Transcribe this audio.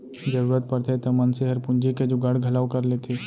जरूरत परथे त मनसे हर पूंजी के जुगाड़ घलौ कर लेथे